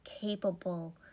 capable